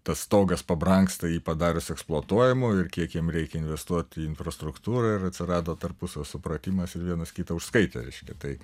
tas stogas pabrangsta jį padarius eksploatuojamu ir kiek jiem reikia investuot į infrastruktūrą ir atsirado tarpusavio supratimas ir vienas kitą užskaitė reiškia tai